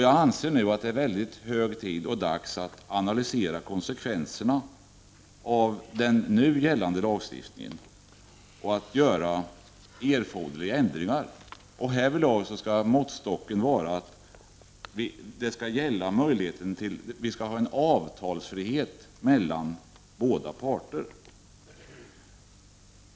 Jag anser att det nu är hög tid att analysera konsekvenserna av den gällande lagstiftningen och att göra erforderliga ändringar. Härvidlag måste utgångspunkten vara att det skall finnas en avtalsfrihet för båda parter.